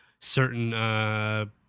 certain